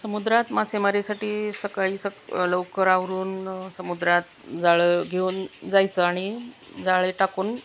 समुद्रात मासेमारीसाठी सकाळी स लवकर आवरून समुद्रात जाळं घेऊन जायचं आणि जाळे टाकून